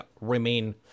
remain